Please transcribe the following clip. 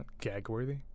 Gag-worthy